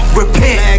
repent